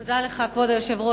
תודה לך, כבוד היושב-ראש.